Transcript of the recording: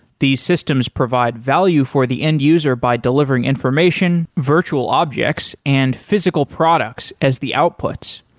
these systems provide value for the end-user by delivering information, virtual objects and physical products as the outputs.